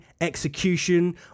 execution